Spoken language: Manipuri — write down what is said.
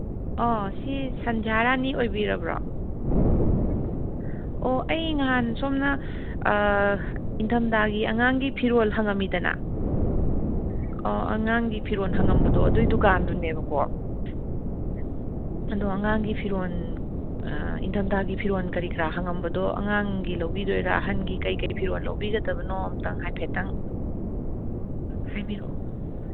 ꯑꯣ ꯁꯤ ꯁꯟꯙ꯭ꯌꯥꯔꯥꯅꯤ ꯑꯣꯏꯕꯤꯔꯕ꯭ꯔꯣ ꯑꯣ ꯑꯩ ꯉꯍꯥꯟ ꯁꯣꯝꯅ ꯏꯪꯗꯝꯊꯥꯒꯤ ꯑꯉꯥꯡꯒꯤ ꯐꯤꯔꯣꯜ ꯍꯪꯉꯝꯃꯤꯗꯅ ꯑꯣ ꯑꯉꯥꯡꯒꯤ ꯐꯤꯔꯣꯜ ꯍꯪꯉꯝꯕꯗꯣ ꯑꯗꯨꯒꯤ ꯗꯨꯀꯥꯟꯗꯨꯅꯦꯕ ꯑꯗꯣ ꯑꯉꯥꯡꯒꯤ ꯐꯤꯔꯣꯜ ꯏꯪꯗꯝꯊꯥꯒꯤ ꯐꯤꯔꯣꯜ ꯀꯔꯤ ꯀꯔꯥ ꯍꯪꯉꯝꯕꯗꯣ ꯑꯉꯥꯡꯒꯤ ꯂꯧꯕꯤꯗꯣꯏꯔꯥ ꯑꯍꯟꯒꯤ ꯀꯩꯀꯩ ꯐꯤꯔꯣꯜ ꯂꯧꯕꯤꯒꯗꯕꯅꯣ ꯑꯝꯇ ꯍꯥꯏꯐꯦꯠꯇꯪ ꯍꯥꯏꯕꯤꯔꯛꯑꯣ